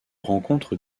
rencontre